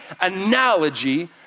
analogy